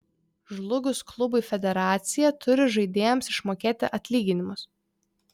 žlugus klubui federacija turi žaidėjams išmokėti atlyginimus